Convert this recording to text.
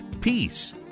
Peace